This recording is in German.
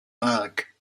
mark